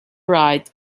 right